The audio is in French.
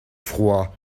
froid